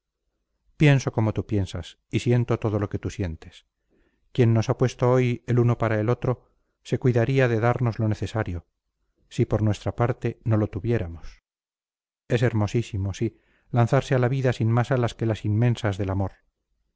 pienso como tú piensas y siento todo lo que tú sientes quien nos ha puesto hoy el uno junto al otro se cuidaría de darnos lo necesario si por nuestra parte no lo tuviéramos es hermosísimo sí lanzarse a la vida sin más alas que las inmensas del amor